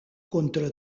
contra